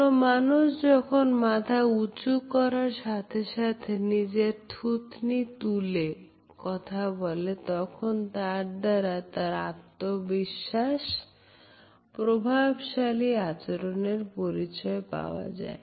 কোন মানুষ যখন মাথা উঁচু করার সাথে সাথে নিজের থুতনি তুলে কথা বলে তখন তার দ্বারা তার আত্মবিশ্বাস প্রভাবশালী আচরণের পরিচয় পাওয়া যায়